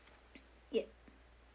ya